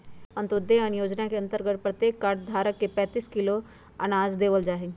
अंत्योदय अन्न योजना के अंतर्गत प्रत्येक कार्ड धारक के पैंतीस किलो अनाज देवल जाहई